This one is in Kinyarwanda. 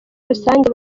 rusange